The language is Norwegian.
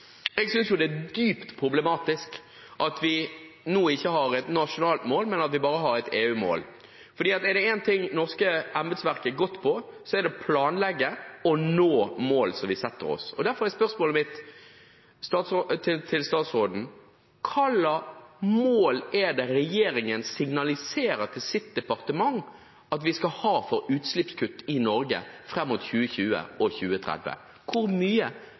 Jeg synes det er dypt problematisk at vi nå ikke har et nasjonalt mål, men at vi bare har et EU-mål. For er det én ting det norske embetsverket er godt på, er det å planlegge og nå mål vi setter oss. Derfor er spørsmålet mitt til statsråden: Hvilket mål er det regjeringen signaliserer til sitt departement at vi skal ha for utslippskutt i Norge fram mot 2020 og 2030? Hvor mye